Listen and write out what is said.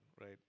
right